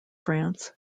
france